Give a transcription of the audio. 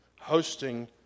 hosting